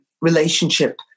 relationship